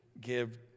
give